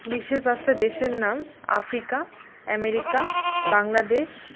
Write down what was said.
বিশ্বের পাঁচটা দেশের নাম আফ্রিকা আমেরিকা বাংলাদেশ